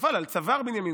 נפל על צוואר בנימין.